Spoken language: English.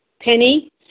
Penny